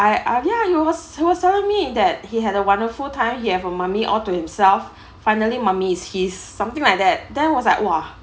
I I've yeah he was he was telling me that he had a wonderful time he have a mummy all to himself finally mummy is his something like that then I was like !wah!